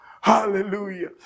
Hallelujah